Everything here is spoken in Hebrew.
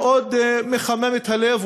ומאוד מחמם את הלב,